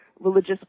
religious